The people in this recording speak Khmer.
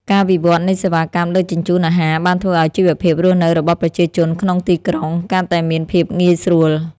ការវិវត្តនៃសេវាកម្មដឹកជញ្ជូនអាហារបានធ្វើឱ្យជីវភាពរស់នៅរបស់ប្រជាជនក្នុងទីក្រុងកាន់តែមានភាពងាយស្រួល។